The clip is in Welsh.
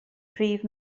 prif